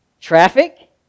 Traffic